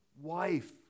wife